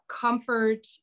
comfort